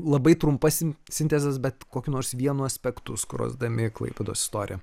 labai trumpas sin sintezes bet kokiu nors vienu aspektu skrosdami klaipėdos istoriją